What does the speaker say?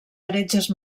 heretges